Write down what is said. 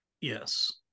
Yes